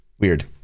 weird